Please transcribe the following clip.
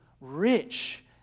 rich